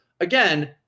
Again